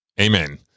Amen